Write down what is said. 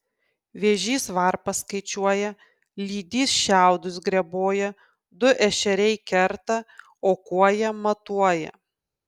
vėžys varpas skaičiuoja lydys šiaudus greboja du ešeriai kerta o kuoja matuoja